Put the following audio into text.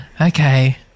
Okay